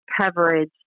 coverage